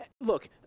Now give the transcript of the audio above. look